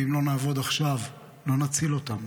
ואם לא נעבוד עכשיו לא נציל אותם.